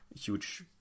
huge